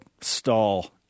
stall